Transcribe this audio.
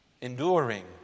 enduring